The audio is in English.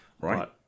right